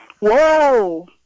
Whoa